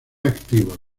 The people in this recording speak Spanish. activos